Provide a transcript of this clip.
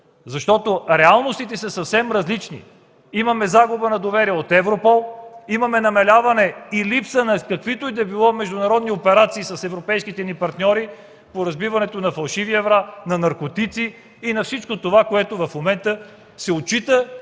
спука. Реалностите са съвсем различни. Имаме загуба на доверие от Европол, имаме намаляване и липса на каквито и да било международни операции с европейските ни партньори по разбиването на фалшиви евра, на наркотици и на всичко това, което в момента се отчита